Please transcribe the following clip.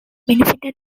benefited